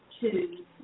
two